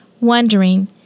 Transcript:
wondering